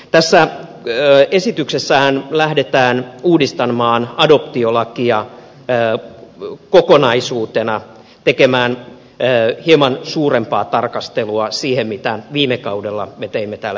tässä esityksessähän lähdetään uudistamaan adoptiolakia kokonaisuutena tekemään hieman suurempaa tarkastelua siihen verrattuna mitä me viime kaudella teimme täällä eduskunnassa